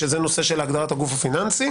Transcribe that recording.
וזה בנושא הגדרת הגוף הפיננסי.